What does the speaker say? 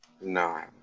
No